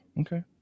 Okay